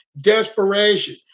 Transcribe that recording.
desperation